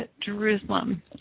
Jerusalem